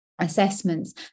Assessments